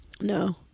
No